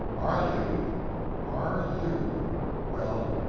are you are you well,